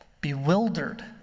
bewildered